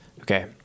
okay